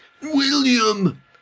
William